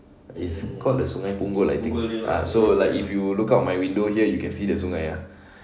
it's called the sungai punggol I think ah so like if you look out my window here you can see the sungai ah